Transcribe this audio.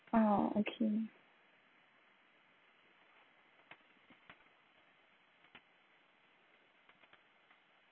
wow okay